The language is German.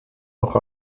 noch